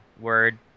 word